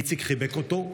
איציק חיבק אותו,